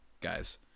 guys